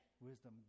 wisdom